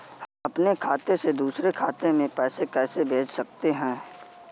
अपने खाते से दूसरे खाते में पैसे कैसे भेज सकते हैं?